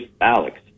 Alex